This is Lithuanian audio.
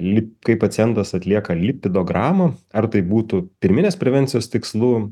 lyg kai pacientas atlieka lipidogramą ar tai būtų pirminės prevencijos tikslu